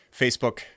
Facebook